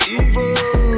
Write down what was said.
evil